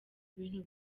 bintu